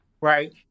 right